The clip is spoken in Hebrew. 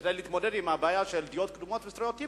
כדי להתמודד עם הבעיה של דעות קדומות וסטריאוטיפים.